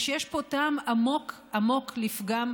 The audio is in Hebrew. מה שיש בו טעם עמוק עמוק לפגם,